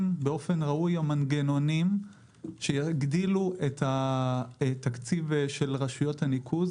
באופן ראוי המנגנונים שיגדילו את התקציב של רשויות הניקוז.